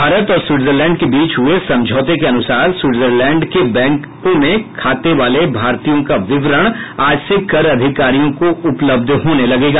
भारत और स्विटजरलैंड के बीच हुए समझौते के अनुसार स्विटजरलैंड के बैंकों में खाते वाले भारतीयों का विवरण आज से कर अधिकारियों को उपलब्ध होने लगेगा